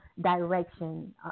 direction